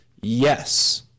Yes